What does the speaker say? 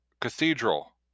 Cathedral